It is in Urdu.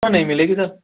سر نہیں ملے گی سر